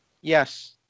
Yes